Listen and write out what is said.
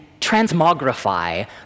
transmogrify